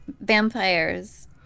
Vampires